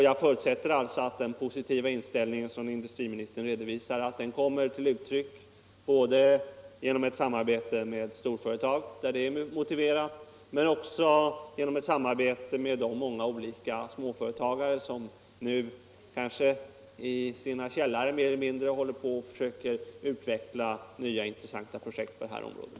Jag förutsätter alltså att den positiva inställning som industriministern redovisar kommer till uttryck både genom ett samarbete med storföretag där det är motiverat och genom ett samarbete med de många olika småföretagare som nu, kanske mer eller mindre i sina källare, försöker utveckla nya intressanta projekt på det här området.